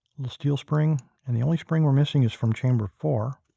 little steel spring. and the only spring we're missing is from chamber four.